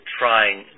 trying